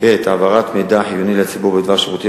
העברת מידע חיוני לציבור בדבר שירותים